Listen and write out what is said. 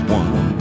one